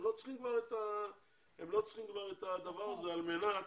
הם לא צריכים כבר את הדבר הזה על מנת